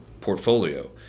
portfolio